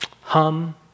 hum